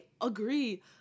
agree